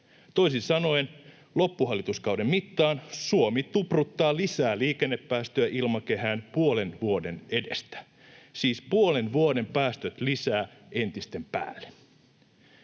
Toisin sanoen loppuhallituskauden mittaan Suomi tupruttaa lisää liikennepäästöjä ilmakehään puolen vuoden edestä, siis puolen vuoden päästöt lisää entisten päälle.